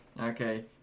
Okay